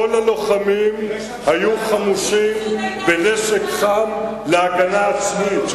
היו חמושים בנשק חם להגנה עצמית,